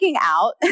out